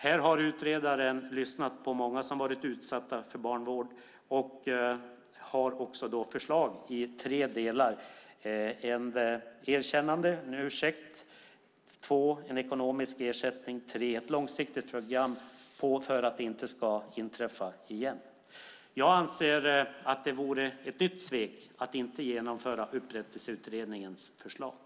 Här har utredaren lyssnat på många som varit utsatta för vanvård och har också förslag i tre delar. För det första ett erkännande och en ursäkt, för det andra en ekonomisk ersättning och för det tredje ett långsiktigt program för att det inte ska inträffa igen. Jag anser att det vore ett nytt svek att inte genomföra Upprättelseutredningens förslag.